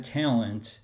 talent